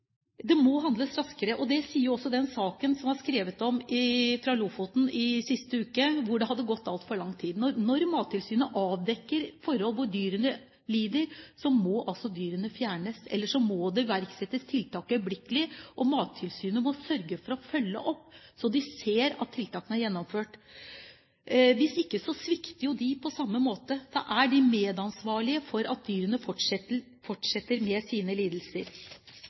Det må handles raskere, og det følger også av den saken som det er skrevet om fra Lofoten sist uke, hvor det har gått altfor lang tid. Når Mattilsynet avdekker forhold hvor dyrene lider, må dyrene altså fjernes, eller det må iverksettes tiltak øyeblikkelig, og Mattilsynet må sørge for å følge opp så de ser at tiltakene blir gjennomført. Hvis ikke svikter de på samme måte. Da er de medansvarlige for at dyrene